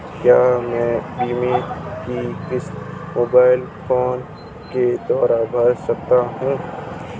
क्या मैं बीमा की किश्त मोबाइल फोन के द्वारा भर सकता हूं?